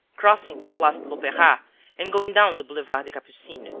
crossing the place de l'opera and going down the boulevard des capucines.